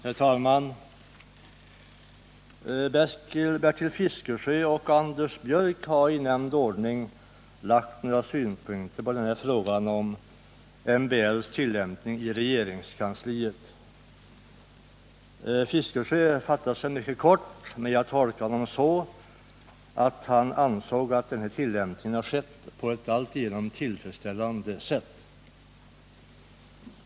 Herr talman! Bertil Fiskesjö och Anders Björck har i nämnd ordning anfört några synpunkter på frågan om MBL:s tillämpning i regeringskansliet. Bertil Fiskesjö fattade sig mycket kort, men jag tolkade honom så, att han ansåg att tillämpningen skett på ett alltigenom tillfredsställande sätt.